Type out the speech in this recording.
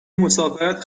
مسافرت